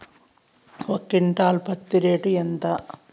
ఒక క్వింటాలు పత్తి రేటు ఎంత?